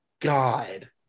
God